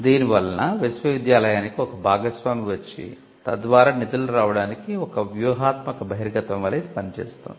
దీని వలన విశ్వవిద్యాలయానికి ఒక భాగస్వామి వచ్చి తద్వారా నిధులు రావడానికి ఒక వ్యూహాత్మక బహిర్గతం వలే ఇది పని చేస్తుంది